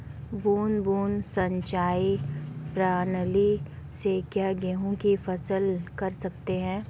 बूंद बूंद सिंचाई प्रणाली से क्या गेहूँ की फसल कर सकते हैं?